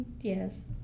Yes